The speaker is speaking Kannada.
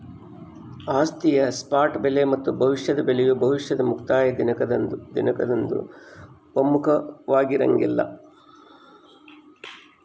ಆಸ್ತಿಯ ಸ್ಪಾಟ್ ಬೆಲೆ ಮತ್ತು ಭವಿಷ್ಯದ ಬೆಲೆಯು ಭವಿಷ್ಯದ ಮುಕ್ತಾಯ ದಿನಾಂಕದಂದು ಒಮ್ಮುಖವಾಗಿರಂಗಿಲ್ಲ